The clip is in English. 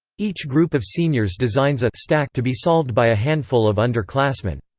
each group of seniors designs a stack to be solved by a handful of underclassmen.